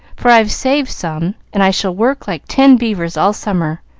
for i've saved some, and i shall work like ten beavers all summer.